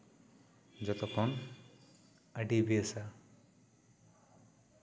ᱡᱷᱚᱛᱚ ᱠᱷᱚᱱ ᱟᱹᱰᱤ ᱵᱮᱥᱼᱟ